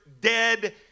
dead